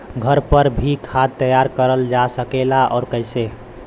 घर पर भी खाद तैयार करल जा सकेला और कैसे?